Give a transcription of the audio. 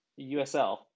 USL